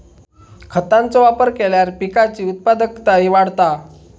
खतांचो वापर केल्यार पिकाची उत्पादकताही वाढता